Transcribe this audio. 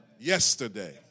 yesterday